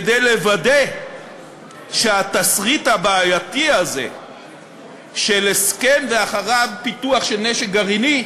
כדי לוודא שהתסריט הבעייתי הזה של הסכם ואחריו פיתוח של נשק גרעיני,